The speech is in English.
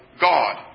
God